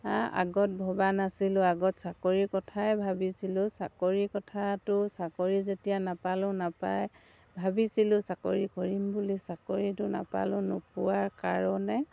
আগত ভবা নাছিলোঁ আগত চাকৰি কথাই ভাবিছিলোঁ চাকৰি কথাটো চাকৰি যেতিয়া নাপালোঁ নাপায় ভাবিছিলোঁ চাকৰি কৰিম বুলি চাকৰিটো নাপালোঁ নোপোৱাৰ কাৰণে